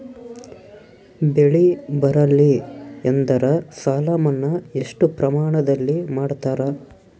ಬೆಳಿ ಬರಲ್ಲಿ ಎಂದರ ಸಾಲ ಮನ್ನಾ ಎಷ್ಟು ಪ್ರಮಾಣದಲ್ಲಿ ಮಾಡತಾರ?